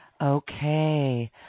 Okay